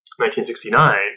1969